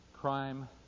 crime